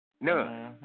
No